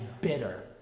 bitter